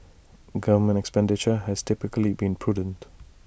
government expenditure has typically been prudent